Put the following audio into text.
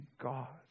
God